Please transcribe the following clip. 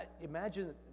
imagine